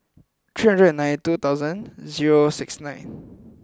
three three nine two thousand zero six nine